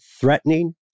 threatening